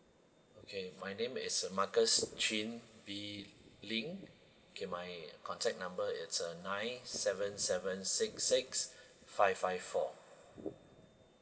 okay my name is marcus chin wee ling okay my contact number is uh nine seven seven six six five five four